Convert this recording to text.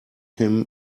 him